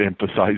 emphasize